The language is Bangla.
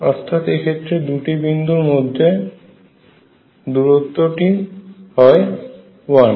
অর্থাৎ এক্ষেত্রে দুটি বিন্দুর মধ্যে দূরত্বটি হয় 1